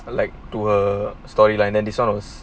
I like to a storyline and this one was